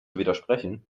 widersprechen